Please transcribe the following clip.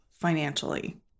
financially